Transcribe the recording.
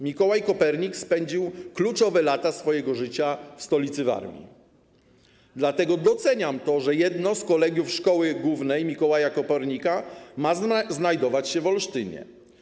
Mikołaj Kopernik spędził kluczowe lata swojego życia w stolicy Warmii, dlatego doceniam to, że jedno z kolegiów Szkoły Głównej Mikołaja Kopernika ma znajdować się w Olsztynie.